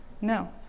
No